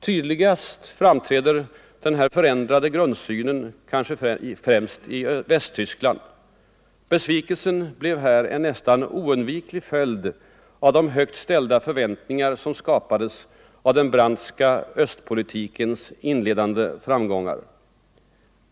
Tydligast framträder denna förändrade grundsyn kanske i Västtyskland. Besvikelsen blev här en nästan oundviklig följd av de högt ställda förväntningar som skapades av den Brandtska östpolitikens inledande framgångar.